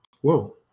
Whoa